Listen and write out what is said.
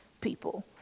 people